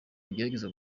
agerageza